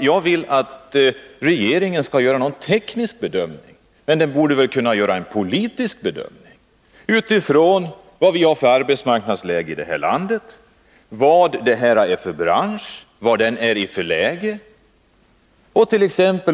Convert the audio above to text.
Jag vill inte att regeringen skall göra någon teknisk bedömning, men regeringen borde väl kunna göra en politisk bedömning utifrån arbetsmarknadsläget i landet och med hänsyn till vilken bransch det gäller och de rådande förhållandena för ifrågavarande bransch. Man bordet.ex.